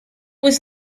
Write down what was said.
was